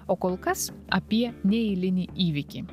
o kol kas apie neeilinį įvykį